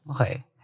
Okay